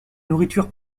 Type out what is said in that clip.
nourriture